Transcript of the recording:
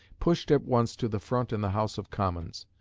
pushed at once to the front in the house of commons.